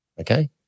okay